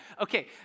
Okay